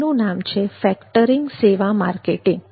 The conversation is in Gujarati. એનું નામ છે ફેક્ટરીંગ સેવા માર્કેટિંગ